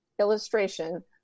illustration